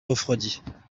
refroidit